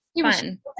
Fun